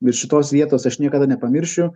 ir šitos vietos aš niekada nepamiršiu